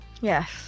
yes